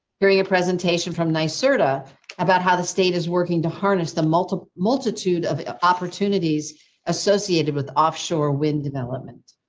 during a presentation from neisseria ah but about how the state is working to harness the multiple multitude of opportunities associated with offshore wind development.